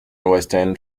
western